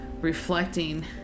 reflecting